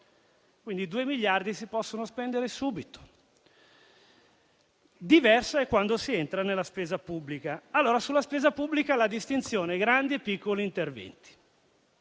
Quindi, due miliardi si possono spendere subito. Diverso è quando si entra nella spesa pubblica. Allora, sulla spesa pubblica la distinzione è tra grandi e piccoli interventi.